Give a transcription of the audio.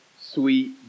Sweet